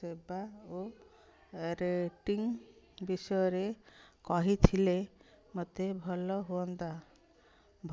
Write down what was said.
ସେବା ଓ ରେଟିଂ ବିଷୟରେ କହିଥିଲେ ମୋତେ ଭଲ ହୁଅନ୍ତା